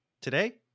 today